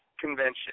convention